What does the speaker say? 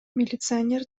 милиционер